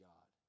God